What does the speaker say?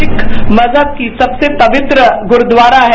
सिक्ख मजहब की सबसे पवित्र गुरूद्वारा है